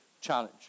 challenge